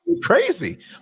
crazy